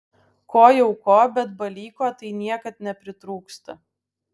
ko jau ko bet balyko tai niekad nepritrūksta